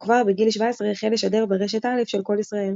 וכבר בגיל 17 החל לשדר ברשת א' של קול ישראל.